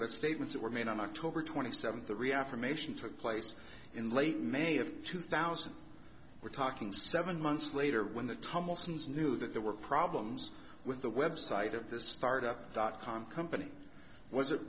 about statements that were made on october twenty seventh the reaffirmation took place in late may of two thousand we're talking seven months later when the thomason is knew that there were problems with the website of the start up dot com company was it